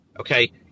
Okay